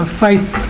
fights